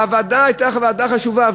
והוועדה הייתה ועדה חשובה,